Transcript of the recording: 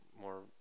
more